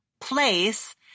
place